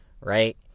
Right